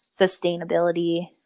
sustainability